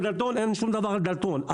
דלתון,